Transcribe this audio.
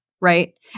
right